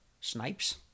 snipes